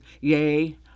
yay